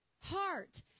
heart